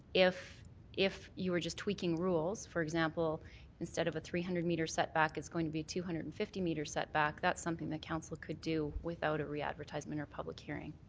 if if you were just tweaking rules, for example instead of a three hundred metre setback it's going to be a two hundred and fifty metre setback, that's something that council could do without a readvertisement or public hearing.